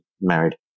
married